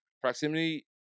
Proximity